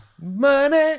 money